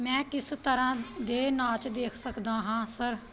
ਮੈਂ ਕਿਸ ਤਰ੍ਹਾਂ ਦੇ ਨਾਚ ਦੇਖ ਸਕਦਾ ਹਾਂ ਸਰ